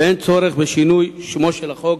ואין צורך בשינוי שמו של החוק.